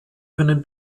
können